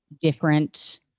different